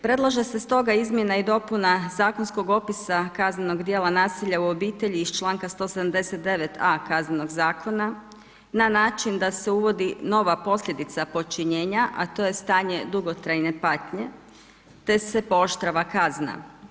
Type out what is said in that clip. Predlaže se stoga izmjena i dopuna zakonskog opisa kaznenog djela nasilja u obitelji iz članka 179.a Kaznenog zakona na način da se uvodi nova posljedica počinjenja a to je stanje dugotrajne patnje te se pooštrava kazna.